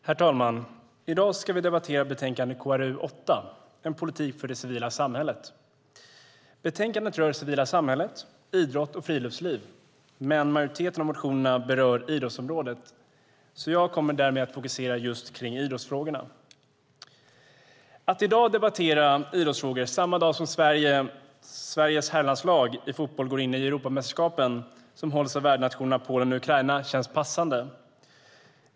Herr talman! I dag ska vi debattera betänkande Kru8, Politik för det civila samhället . Betänkandet rör det civila samhället, idrott och friluftsliv, men majoriteten av motionerna berör idrottsområdet. Jag kommer därmed att fokusera just på idrottsfrågorna. Att i dag debattera idrottsfrågor, samma dag som Sveriges herrlandslag i fotboll går in i Europamästerskapen som hålls av värdnationerna Polen och Ukraina, känns passande.